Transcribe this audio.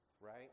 right